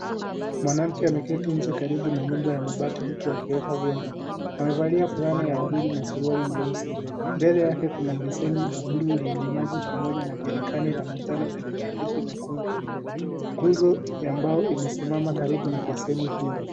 Mwanamke ameketi nje karibu na nyumba ya mabati huku akiosha vyombo amevalia fulana ya waridi na suruali nyeusi, mbele yake kuna beseni la bluu lenye maji pamoja na jerikani la manjano lenye maansishi mekundu, nguzo ya mbao imesimama karibu na beseni hilo.